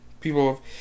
People